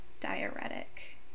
diuretic